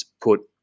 put